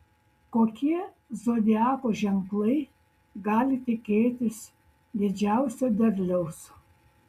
kokie zodiako ženklai gali tikėtis didžiausio derliaus